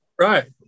Right